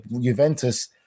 Juventus